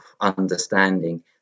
understanding